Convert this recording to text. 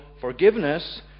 forgiveness